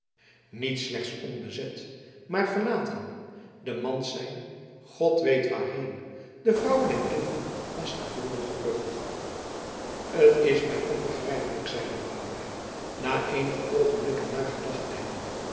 niet slechts onbezet maar verlaten de mans zijn god weet waarheen de vrouwen en kinderen naar stavoren gevlucht t is mij onbegrijpelijk zeide boudewijn na eenige oogenblikken nagedacht te hebben